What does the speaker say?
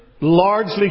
largely